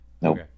Nope